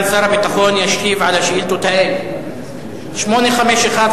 סגן שר הביטחון ישיב על השאילתות האלה: 851,